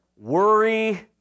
worry